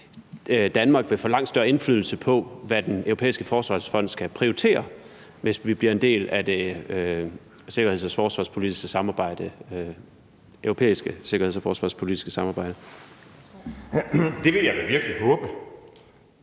Danmark vil få langt større indflydelse på, hvad Den Europæiske Forsvarsfond skal prioritere, hvis vi bliver en del af det europæiske sikkerheds- og forsvarspolitiske samarbejde? Kl. 11:18 Anden